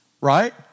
right